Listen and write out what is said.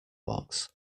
box